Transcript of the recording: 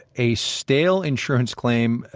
a stale insurance claim,